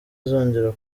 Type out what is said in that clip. izongera